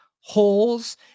holes